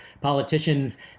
politicians